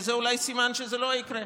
כי זה אולי סימן שזה לא יקרה,